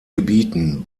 gebieten